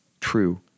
true